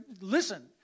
Listen